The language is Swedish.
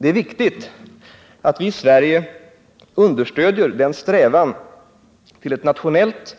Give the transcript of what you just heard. Det är viktigt att vi i Sverige understödjer den strävan till nationellt